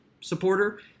supporter